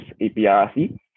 APRC